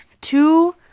two